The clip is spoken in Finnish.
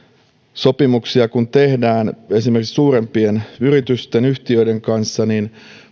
sopimuksia tehdään esimerkiksi suurempien yritysten ja yhtiöiden kanssa niin